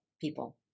people